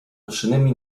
noszonymi